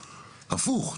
הפוך,